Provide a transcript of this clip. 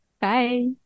Bye